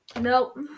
Nope